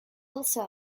also